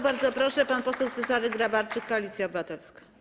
Bardzo proszę, pan poseł Cezary Grabarczyk, Koalicja Obywatelska.